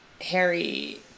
Harry